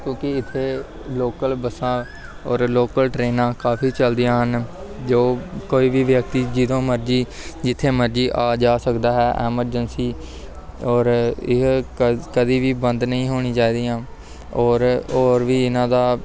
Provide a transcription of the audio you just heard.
ਕਿਉਂਕਿ ਇੱਥੇ ਲੋਕਲ ਬੱਸਾਂ ਔਰ ਲੋਕਲ ਟ੍ਰੇਨਾਂ ਕਾਫ਼ੀ ਚੱਲਦੀਆਂ ਹਨ ਜੋ ਕੋਈ ਵੀ ਵਿਅਕਤੀ ਜਦੋਂ ਮਰਜੀ ਜਿੱਥੇ ਮਰਜੀ ਆ ਜਾ ਸਕਦਾ ਹੈ ਐਮਰਜੰਸੀ ਔਰ ਇਹ ਕਦੇ ਵੀ ਬੰਦ ਨਹੀਂ ਹੋਣੀ ਚਾਹੀਦੀਆ ਔਰ ਹੋਰ ਵੀ ਇਹਨਾਂ ਦਾ